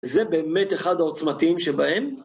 זה באמת אחד העוצמתיים שבהם?